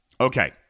Okay